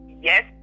yes